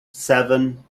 seven